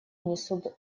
несут